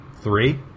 three